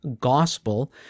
gospel